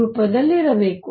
ರೂಪದಲ್ಲಿರಬೇಕು